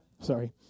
Sorry